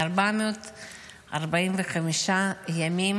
445 ימים